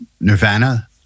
Nirvana